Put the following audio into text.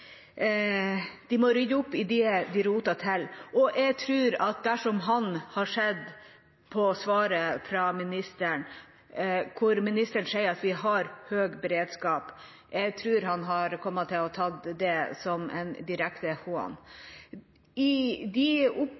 de må rydde opp i det de har rotet til. Jeg tror at dersom han hadde sett svaret fra statsråden, der statsråden sier at vi har høy beredskap, hadde han kommet til å ta det som en direkte hån. De